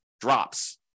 drops